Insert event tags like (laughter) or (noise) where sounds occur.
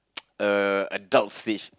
(noise) uh adults stage